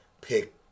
pick